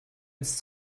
ins